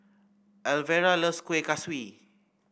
Alvera loves Kueh Kaswi